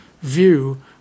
view